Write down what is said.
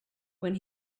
when